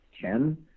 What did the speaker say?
Ten